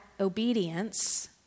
obedience